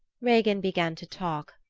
regin began to talk,